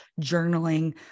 journaling